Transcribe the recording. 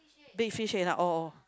big fish enough all